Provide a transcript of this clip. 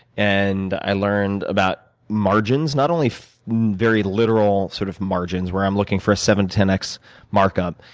and i learned about margins not only very literal sort of margins, where i'm looking for a seven ten x mark up,